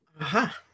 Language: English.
Aha